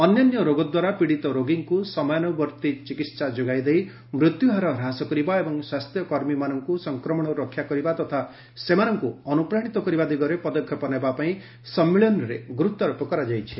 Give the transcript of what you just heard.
ଅନ୍ୟାନ୍ୟ ରୋଗ ଦ୍ୱାରା ପୀଡିତ ରୋଗୀଙ୍କୁ ସମୟାନୁବର୍ତ୍ତୀ ଚିକିତ୍ସା ଯୋଗାଇଦେଇ ମୃତ୍ୟୁହାର ହ୍ରାସ କରିବା ଏବଂ ସ୍ୱାସ୍ଥ୍ୟକର୍ମୀମାନଙ୍କୁ ସଂକ୍ରମଣରୁ ରକ୍ଷା କରିବା ତଥା ସେମାନଙ୍କୁ ଅନୁପ୍ରାଣିତ କରିବା ଦିଗରେ ପଦକ୍ଷେପ ନେବାପାଇଁ ସମ୍ମିଳନୀରେ ଗୁରୁତ୍ୱାରୋପ କରାଯାଇଛି